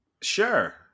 Sure